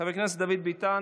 חבר הכנסת דוד ביטן,